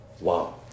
Wow